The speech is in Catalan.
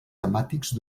temàtics